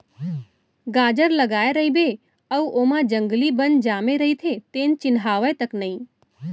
गाजर लगाए रइबे अउ ओमा जंगली बन जामे रइथे तेन चिन्हावय तक नई